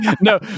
No